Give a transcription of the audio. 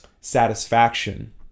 satisfaction